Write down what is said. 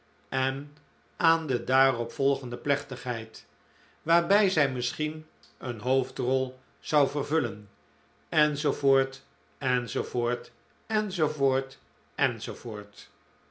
en aan de daaropvolgende plechtigheid waarbij zij misschien een hoofdrol zou vervullen